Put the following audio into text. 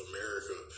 America